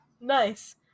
Nice